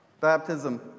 Baptism